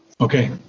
Okay